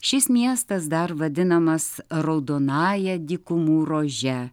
šis miestas dar vadinamas raudonąja dykumų rože